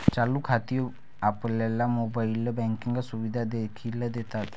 चालू खाती आपल्याला मोबाइल बँकिंग सुविधा देखील देतात